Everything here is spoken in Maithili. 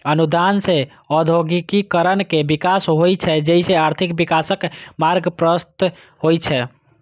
अनुदान सं औद्योगिकीकरण के विकास होइ छै, जइसे आर्थिक विकासक मार्ग प्रशस्त होइ छै